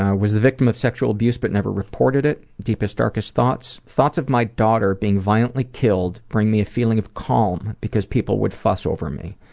ah was the victim of sexual abuse but never reported it. deepest, darkest thoughts? thoughts of my daughter being violently killed bring me a feeling of calm because people would fuss over me.